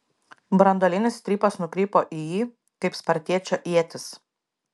branduolinis strypas nukrypo į jį kaip spartiečio ietis